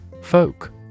Folk